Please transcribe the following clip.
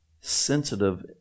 sensitive